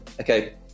okay